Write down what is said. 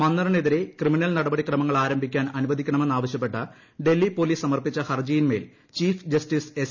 മന്ദറിനെതിരെ criminal നടപടിക്രമങ്ങൾ ആരംഭിക്കാൻ അനുവദിക്കണമെന്ന് ആവശ്യപ്പെട്ട് ഡൽഹി പൊലീസ് സമർപ്പിച്ച ഹർജിയിന്മേൽ ചീഫ് ജസ്റ്റിസ് എസ്